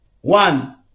one